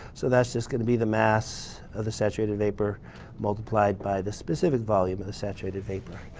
so that's just going to be the mass of the saturated vapor multiplied by the specific volume of the saturated vapor.